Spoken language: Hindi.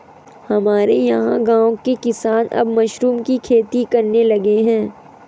हमारे यहां गांवों के किसान अब मशरूम की खेती करने लगे हैं